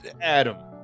Adam